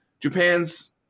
Japan's